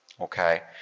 Okay